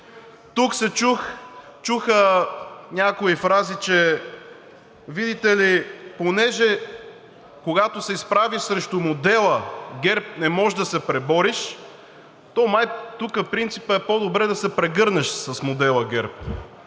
Тук се чуха някои фрази, че, видите ли, понеже, когато се изправиш срещу модела ГЕРБ не можеш да се пребориш, то май тук принципът е по-добре да се прегърнеш с модела ГЕРБ.